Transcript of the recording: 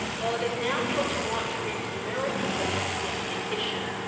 while it is natural to want to reach the merits of such a significant issue,